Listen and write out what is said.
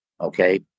Okay